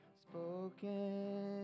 spoken